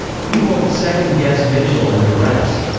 we won't second-guess mitchell and the rest.